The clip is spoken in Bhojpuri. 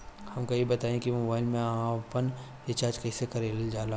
हमका ई बताई कि मोबाईल में आपन रिचार्ज कईसे करल जाला?